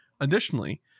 Additionally